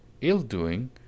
ill-doing